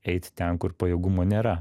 eiti ten kur pajėgumo nėra